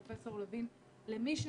פרופ' לוין, למי שצריך,